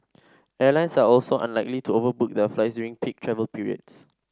airlines are also unlikely to overbook their flights during peak travel periods